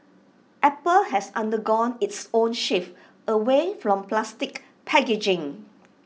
apple has undergone its own shift away from plastic packaging